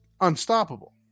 unstoppable